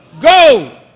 go